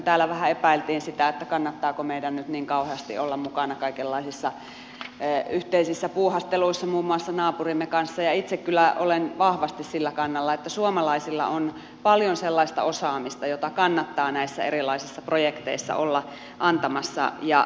täällä vähän epäiltiin sitä kannattaako meidän nyt niin kauheasti olla mukana kaikenlaisissa yhteisissä puuhasteluissa muun muassa naapurimme kanssa ja itse kyllä olen vahvasti sillä kannalla että suomalaisilla on paljon sellaista osaamista jota kannattaa näissä erilaisissa projekteissa olla antamassa